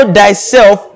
thyself